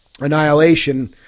Annihilation